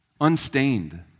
unstained